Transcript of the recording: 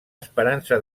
esperança